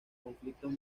conflictos